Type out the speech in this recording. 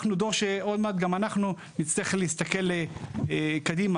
אנחנו דור שגם אנחנו נצטרך להסתכל קדימה,